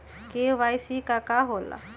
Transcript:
KYC का होला?